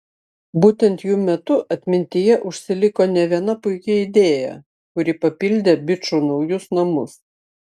būtent jų metu atmintyje užsiliko ne viena puiki idėja kuri papildė bičų naujus namus